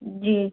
जी